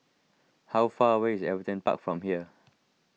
how far away is Everton Park from here